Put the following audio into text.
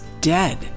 dead